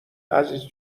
عزیز